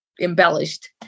embellished